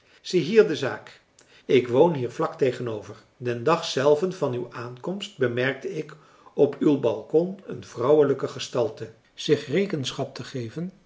ziehier de zaak ik woon hier vlak tegenover den dag zelven van uw aankomst bemerkte ik op uw balcon een vrouwelijke gestalte zich rekenschaptegeven van een